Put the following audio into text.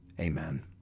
Amen